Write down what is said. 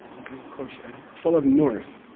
okay kosha. full of noors.